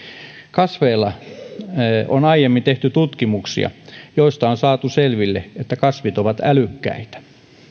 kasveilla on aiemmin tehty tutkimuksia joista on saatu selville että kasvit ovat älykkäitä